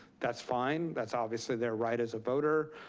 that's fine, that's obviously their right as a voter.